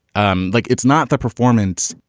um like, it's not the performance.